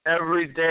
everyday